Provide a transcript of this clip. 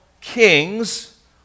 kings